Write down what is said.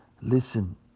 listen